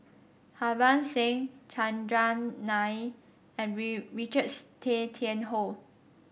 Harbans Singh Chandran Nair and Richards Tay Tian Hoe